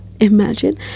Imagine